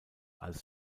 als